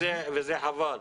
זה חבל.